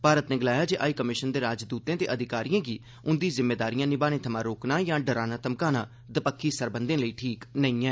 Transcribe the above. भारत नै गलाया ऐ जे हाई कमिशन दे राजदूतें ते अधिकारिएं गी उंदी जिम्मेदारियां निभाने थमां रोकनां यां डराना धमकाना दपक्खी सरबंधें लेई ठीक नेईं ऐ